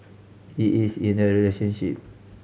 he is in a relationship